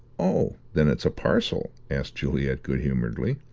oh, then it's a parcel? asked juliet good-humouredly.